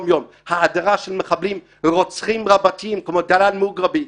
האדרה של מחבלים ורוצחים רבתיים כמו דלאל מוגרבי,